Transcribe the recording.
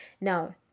Now